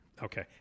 Okay